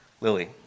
Lily